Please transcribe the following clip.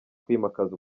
kwimakaza